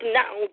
now